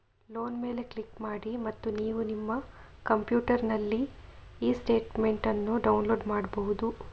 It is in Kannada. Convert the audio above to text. ಲೋನ್ ಮೇಲೆ ಕ್ಲಿಕ್ ಮಾಡಿ ಮತ್ತು ನೀವು ನಿಮ್ಮ ಕಂಪ್ಯೂಟರಿನಲ್ಲಿ ಇ ಸ್ಟೇಟ್ಮೆಂಟ್ ಅನ್ನು ಡೌನ್ಲೋಡ್ ಮಾಡ್ಬಹುದು